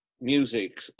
music